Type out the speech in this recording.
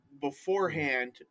beforehand